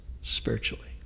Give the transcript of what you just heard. spiritually